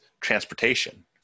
transportation